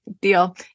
deal